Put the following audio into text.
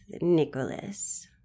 Nicholas